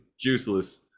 Juiceless